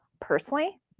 Personally